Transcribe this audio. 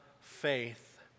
faith